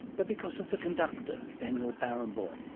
but because of the conductor, daniel barenboim,